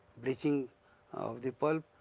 bleaching of the pulp.